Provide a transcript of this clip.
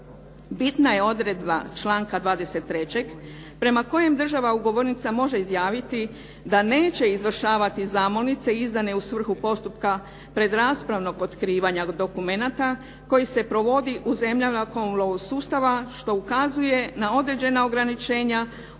bitna je odredba članka 23. prema kojem država ugovornica može izjaviti da neće izvršavati zamolnice izdane u svrhu postupka predraspravnog otkrivanja dokumenata koji se provodi u zemljama …/Govornica se ne razumije./… sustava što ukazuje na određena ograničenja